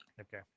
Okay